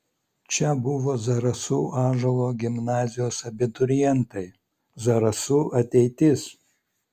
čia buvo zarasų ąžuolo gimnazijos abiturientai zarasų ateitis